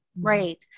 Right